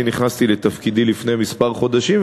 אני נכנסתי לתפקידי לפני כמה חודשים,